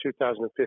2015